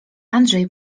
andrzej